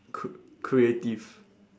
c~ creative